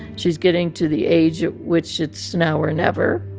she's getting to the age at which it's now or never.